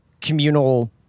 communal